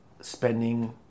spending